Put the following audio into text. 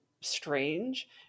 strange